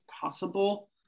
possible